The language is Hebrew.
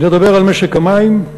אני אדבר על משק המים,